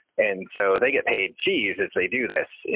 and so they get paid fees as they do this.